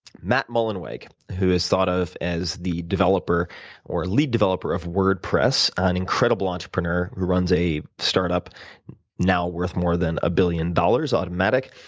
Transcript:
matt mullenweg is thought of as the developer or lead developer of wordpress an incredible entrepreneur who runs a startup now worth more than a billion dollars, automatic.